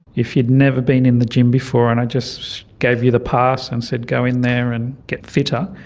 if you'd never been in the gym before and i just gave you the pass and said go in there and get fitter,